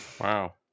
Wow